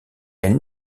elle